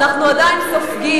אנחנו שולטים